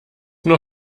nur